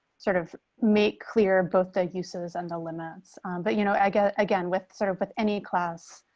sort of make clear, both the uses and eliminates but you know and again with sort of with any class.